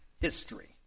history